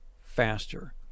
faster